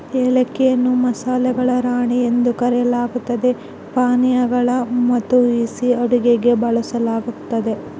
ಏಲಕ್ಕಿಯನ್ನು ಮಸಾಲೆಗಳ ರಾಣಿ ಎಂದು ಕರೆಯಲಾಗ್ತತೆ ಪಾನೀಯಗಳು ಮತ್ತುಸಿಹಿ ಅಡುಗೆಗೆ ಬಳಸಲಾಗ್ತತೆ